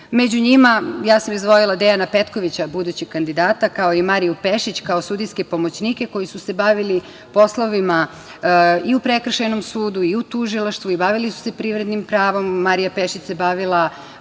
Među njima ja sam izdvojila Dejana Petkovića, budućeg kandidata, kao i Mariju Pešić kao sudijske pomoćnike koji su se bavili poslovima i u prekršajnom sudu i u tužilaštvu i bavili su se privrednim pravom. Marija Pešić se bavila